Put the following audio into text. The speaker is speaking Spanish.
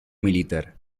militar